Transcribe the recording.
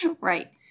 Right